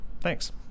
Thanks